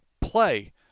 play